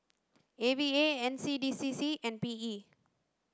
A V A N C D C C and P E